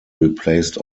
replaced